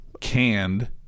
canned